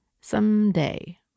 someday